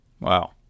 Wow